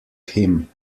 him